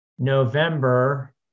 November